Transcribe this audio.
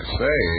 say